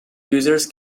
users